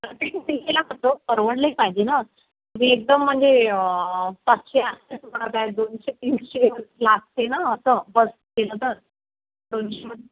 परवडलंही पाहिजे ना तुम्ही एकदम म्हणजे पाचशे दोनशे तीनशे लागते ना असं बस केलं तर दोनशे